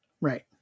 right